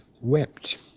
wept